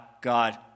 God